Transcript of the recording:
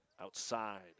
outside